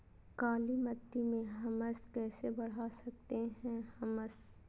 कालीमती में हमस कैसे बढ़ा सकते हैं हमस?